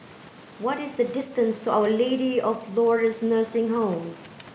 what is the distance to our Lady of Lourdes Nursing Home